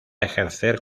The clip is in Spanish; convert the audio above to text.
ejercer